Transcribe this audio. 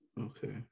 okay